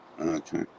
okay